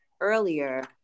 earlier